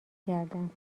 کردم